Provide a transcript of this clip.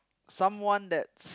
someone that's